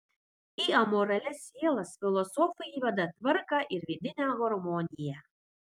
į amoralias sielas filosofai įveda tvarką ir vidinę harmoniją